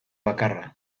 bakarra